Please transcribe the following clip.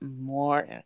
more